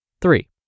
Three